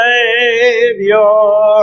Savior